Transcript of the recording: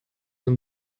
and